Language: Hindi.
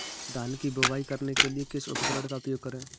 धान की बुवाई करने के लिए किस उपकरण का उपयोग करें?